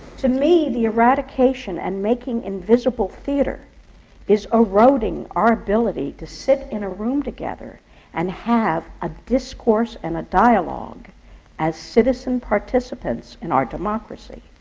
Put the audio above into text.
to me, the eradication and making invisible theatre is eroding our ability to sit in a room together and have a discourse and a dialogue as citizen-participants in our democracy.